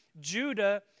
Judah